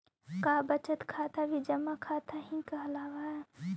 का बचत खाता भी जमा खाता ही कहलावऽ हइ?